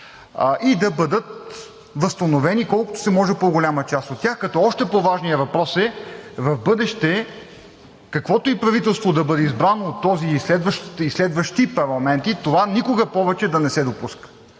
и да бъдат възстановени – колкото се може по-голяма част от тях, като още по-важния въпрос е: в бъдеще, каквото и правителство да бъде избрано от този и следващи парламенти, това никога повече да не се допуска.